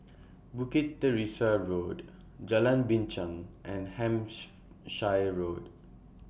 Bukit Teresa Road Jalan Binchang and Hampshire Road